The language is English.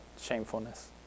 shamefulness